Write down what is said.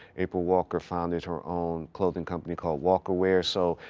april walker founded her own clothing company called walker wear, so,